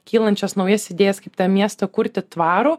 kylančias naujas idėjas kaip tą miestą kurti tvarų